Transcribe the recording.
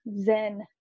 zen